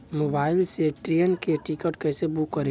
Mobile से train के ticket कैसे बूक करेम?